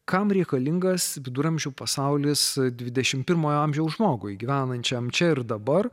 kam reikalingas viduramžių pasaulis dvidešimt pirmojo amžiaus žmogui gyvenančiam čia ir dabar